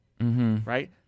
right